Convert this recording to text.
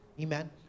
Amen